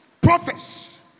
prophets